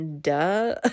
duh